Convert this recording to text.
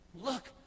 Look